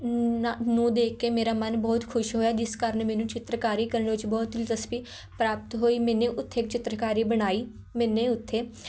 ਨਾ ਨੂੰ ਦੇਖ ਕੇ ਮੇਰਾ ਮਨ ਬਹੁਤ ਖੁਸ਼ ਹੋਇਆ ਜਿਸ ਕਾਰਨ ਮੈਨੂੰ ਚਿੱਤਰਕਾਰੀ ਕਰਨ ਵਿੱਚ ਬਹੁਤ ਦਿਲਚਸਪੀ ਪ੍ਰਾਪਤ ਹੋਈ ਮੈਨੇ ਉੱਥੇ ਚਿੱਤਰਕਾਰੀ ਬਣਾਈ ਮੈਨੇ ਉੱਥੇ